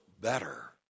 better